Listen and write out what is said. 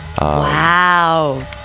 Wow